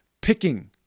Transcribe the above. Picking